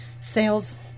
sales